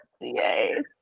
Yay